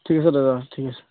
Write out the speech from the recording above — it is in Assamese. ঠিক আছে দাদা ঠিক আছে